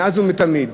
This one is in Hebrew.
מאז ומתמיד,